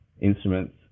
instruments